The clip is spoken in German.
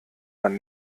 man